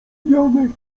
janek